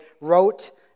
wrote